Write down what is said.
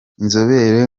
inzobere